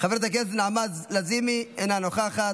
חברת הכנסת נעמה לזימי, אינה נוכחת,